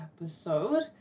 episode